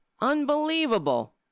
Unbelievable